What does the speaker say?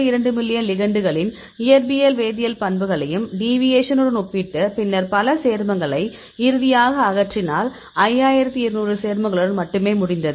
2 million லிகெண்டுகளின் இயற்பியல் வேதியியல் பண்புகளையும் டிவியேஷன் உடன் ஒப்பிட்டு பின்னர் பல சேர்மங்களை இறுதியாக அகற்றினால் 5200 சேர்மங்களுடன் மட்டுமே முடிந்தது